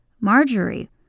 Marjorie